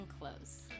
Close